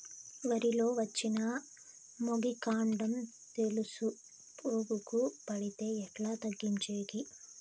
వరి లో వచ్చిన మొగి, కాండం తెలుసు పురుగుకు పడితే ఎట్లా తగ్గించేకి?